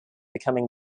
becoming